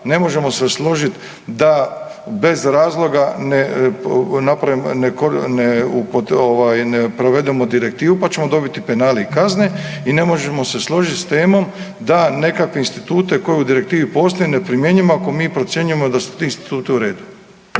ne možemo se složiti da bez razloga ne, ne, ne, ovaj ne provedemo direktivu pa ćemo dobiti penale i kazne i ne možemo se složiti s temom da nekakve institute koji u direktivi postoje ne primjenjujemo ako mi procjenjujemo da su ti instituti u redu.